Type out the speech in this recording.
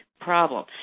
problem